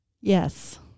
Yes